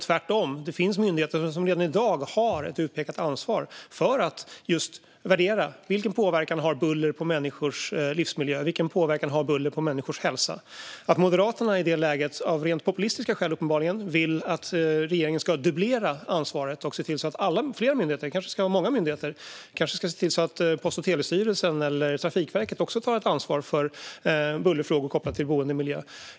Tvärtom finns det myndigheter som redan i dag har ett utpekat ansvar för att värdera vilken påverkan buller har på människors livsmiljö och hälsa. Moderaterna vill i det läget, uppenbarligen av rent populistiska skäl, att regeringen ska dubblera ansvaret och se till att fler myndigheter, kanske Post och telestyrelsen eller Trafikverket, tar ansvar för bullerfrågor kopplade till boendemiljö.